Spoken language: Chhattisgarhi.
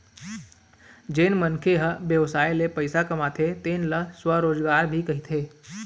जेन मनखे ह बेवसाय ले पइसा कमाथे तेन ल स्वरोजगार भी कहिथें